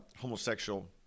homosexual